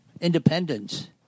independence